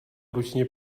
ručně